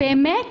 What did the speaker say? באמת?